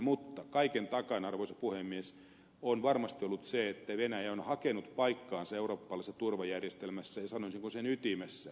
mutta kaiken takana arvoisa puhemies on varmasti ollut se että venäjä on hakenut paikkaansa eurooppalaisessa turvajärjestelmässä ja sanoisinko sen ytimessä